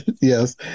Yes